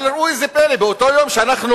אבל ראו זה פלא, באותו יום שאנחנו